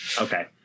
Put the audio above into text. Okay